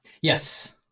Yes